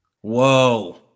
Whoa